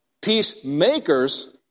Peacemakers